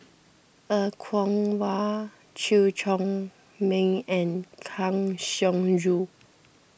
Er Kwong Wah Chew Chor Meng and Kang Siong Joo